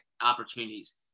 opportunities